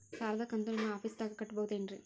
ಸಾಲದ ಕಂತು ನಿಮ್ಮ ಆಫೇಸ್ದಾಗ ಕಟ್ಟಬಹುದೇನ್ರಿ?